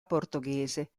portoghese